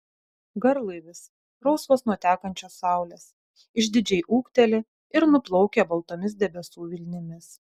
garlaivis rausvas nuo tekančios saulės išdidžiai ūkteli ir nuplaukia baltomis debesų vilnimis